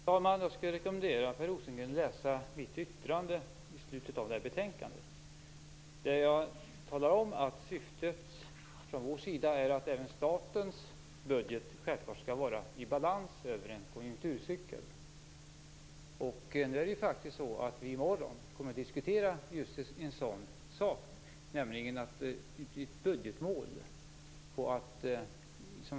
Fru talman! Jag rekommenderar Per Rosengren att läsa mitt yttrande i slutet av detta betänkande där jag talar om att vårt syfte är att även statens budget skall vara i balans över en konjunkturcykel. Vi kommer i morgon att diskutera just en sådan sak, nämligen budgetmålet.